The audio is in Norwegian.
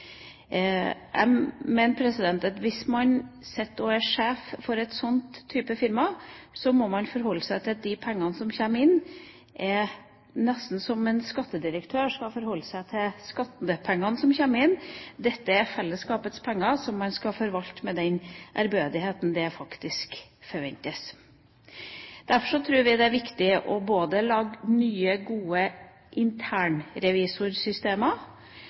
Jeg mener at hvis man sitter og er sjef for et slikt firma, må man forholde seg til de pengene som kommer inn, nesten som en skattedirektør som skal forholde seg til skattepengene som kommer inn. Dette er fellesskapets penger, som man skal forvalte med den ærbødigheten som faktisk forventes. Derfor tror vi det er viktig å lage nye, gode internrevisorsystemer.